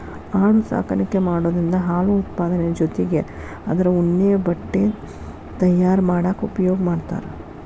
ಆಡು ಸಾಕಾಣಿಕೆ ಮಾಡೋದ್ರಿಂದ ಹಾಲು ಉತ್ಪಾದನೆ ಜೊತಿಗೆ ಅದ್ರ ಉಣ್ಣೆ ಬಟ್ಟೆ ತಯಾರ್ ಮಾಡಾಕ ಉಪಯೋಗ ಮಾಡ್ತಾರ